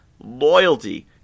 loyalty